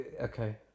Okay